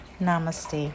Namaste